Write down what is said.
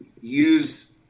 use